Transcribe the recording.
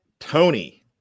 Tony